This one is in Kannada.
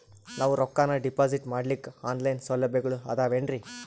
ನಾವು ರೊಕ್ಕನಾ ಡಿಪಾಜಿಟ್ ಮಾಡ್ಲಿಕ್ಕ ಆನ್ ಲೈನ್ ಸೌಲಭ್ಯಗಳು ಆದಾವೇನ್ರಿ?